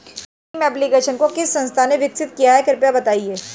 Bhim application को किस संस्था ने विकसित किया है कृपया बताइए?